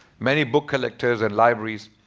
many book collectors and libraries.